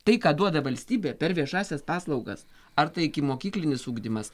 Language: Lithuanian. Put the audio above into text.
tai ką duoda valstybė per viešąsias paslaugas ar tai ikimokyklinis ugdymas